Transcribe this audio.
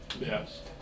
yes